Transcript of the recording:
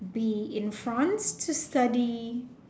be in France to study